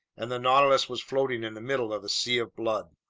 and the nautilus was floating in the middle of a sea of blood.